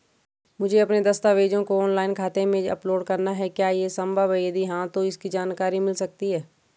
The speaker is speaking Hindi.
मुझे अपने दस्तावेज़ों को ऑनलाइन खाते में अपलोड करना है क्या ये संभव है यदि हाँ तो इसकी जानकारी मिल सकती है?